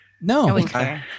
No